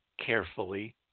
carefully